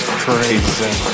crazy